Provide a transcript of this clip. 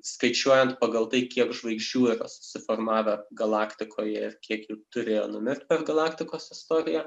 skaičiuojant pagal tai kiek žvaigždžių yra susiformavę galaktikoje ir kiek jų turėjo numirt per galaktikos istoriją